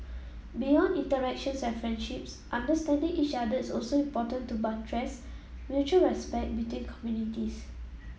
beyond interactions and friendships understanding each other is also important to buttress mutual respect between communities